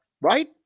right